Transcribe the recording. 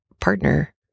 partner